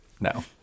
No